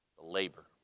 Labor